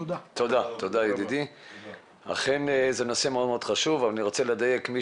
אכן זה נושא מאוד חשוב אבל אני רוצה לדייק שמי